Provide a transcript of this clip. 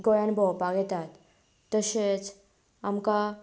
गोंयान भोंवपाक येतात तशेंच आमकां